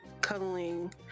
cuddling